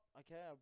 okay